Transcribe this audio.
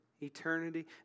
eternity